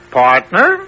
partner